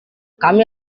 kami